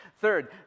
Third